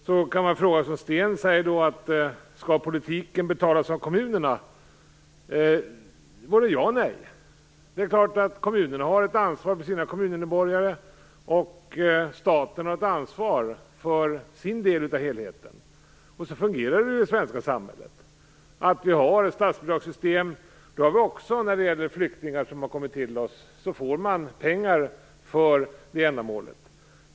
Sten Andersson undrar om politiken skall betalas av kommunerna. Svaret på den frågan är både ja och nej. Det är klart att kommunerna har ett ansvar för sina kommuninnevånare och staten har ett ansvar för sin del. Så fungerar det i det svenska samhället. Vi har också ett statsbidragssystem när det gäller flyktingar som har kommit hit. Det finns pengar för det ändamålet.